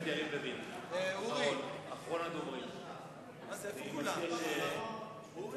אחרון הדוברים, חבר הכנסת יריב לוין.